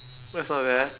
what's not bad